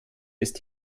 ist